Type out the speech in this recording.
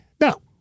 No